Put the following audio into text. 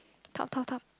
talk talk talk